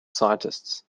scientists